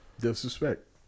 Disrespect